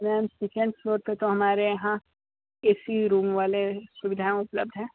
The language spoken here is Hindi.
मैम सेकेंड फ्लोर पर तो हमारे यहाँ ए सी रूम वाली सुविधाएँ उपलब्ध हैं